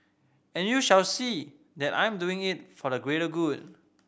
and you shall see that I'm doing it for the greater good